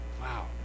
Wow